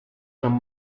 from